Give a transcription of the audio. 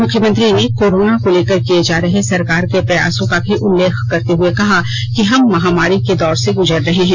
मुख्यमंत्री ने कोरोना को लेकर किये जा रहे सरकार के प्रयासों का भी उल्लेख करते हुए कहा कि हम महामारी के दौर से गुजर रहे हैं